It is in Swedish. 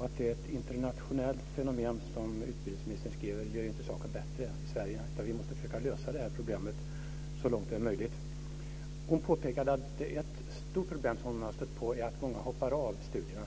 Att det är ett internationellt fenomen, som utbildningsministern skriver, gör inte saken bättre i Sverige. Vi måste försöka problemet så långt det är möjligt. Hon påpekade vidare att ett stort problem som hon hade stött på är att många hoppar av studierna.